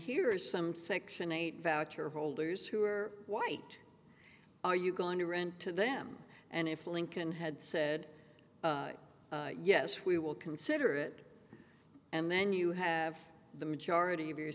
here is some section eight voucher holders who are white are you going to rent to them and if lincoln had said yes we will consider it and then you have the majority of your